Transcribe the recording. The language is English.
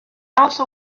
also